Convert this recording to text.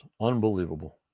Unbelievable